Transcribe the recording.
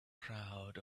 crowd